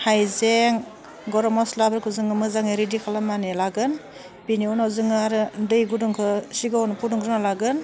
हायजें गर' मस्लाफोरखौ जोङो मोजाङै रिडि खालामनानै लागोन बेनि उनाव जोङो आरो दै गुदुंखो सिगाङावनो फुंदुंग्रोना लागोन